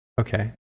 Okay